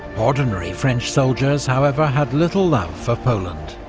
ordinary french soldiers, however, had little love for poland